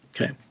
Okay